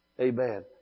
Amen